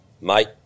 mate